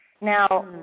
Now